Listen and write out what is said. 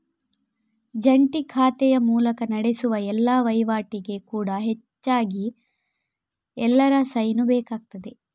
ಜಂಟಿ ಖಾತೆಯ ಮೂಲಕ ನಡೆಸುವ ಎಲ್ಲಾ ವೈವಾಟಿಗೆ ಕೂಡಾ ಹೆಚ್ಚಾಗಿ ಎಲ್ಲರ ಸೈನು ಬೇಕಾಗ್ತದೆ